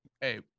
Hey